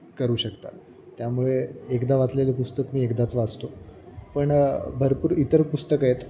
करू शकता त्यामुळे एकदा वाचलेले पुस्तक मी एकदाच वाचतो पण भरपूर इतर पुस्तक आहेत